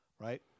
right